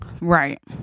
right